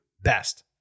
best